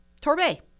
Torbay